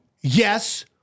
Yes